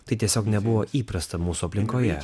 tai tiesiog nebuvo įprasta mūsų aplinkoje